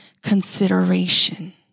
consideration